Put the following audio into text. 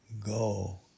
Go